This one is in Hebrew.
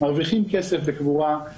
מיוחדים ושירותי דת